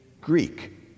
Greek